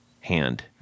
hand